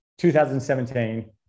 2017